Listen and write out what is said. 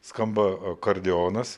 skamba akordeonas